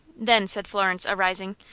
then, said florence, arising,